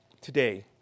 today